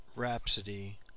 Rhapsody